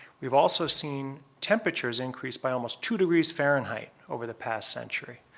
we've also seen temperatures increase by almost two degrees fahrenheit over the past century.